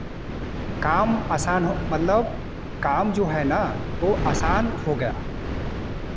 काम आसान हो मतलब काम जो है ना वो असान हो गया